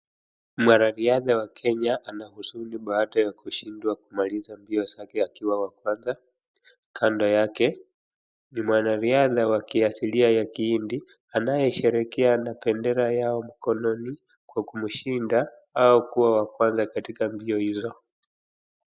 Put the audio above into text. Mwanariadha wa Kenya ana huzuni baada ya kushindwa kumaliza mbio zake akiwa wa kwanza. Kando yake ni mwanariadha wa kiasilia ya kihindi anayesherehekea na bendera yao mkononi kwa kumshinda au kuwa wa kwanza katika mbio hizo.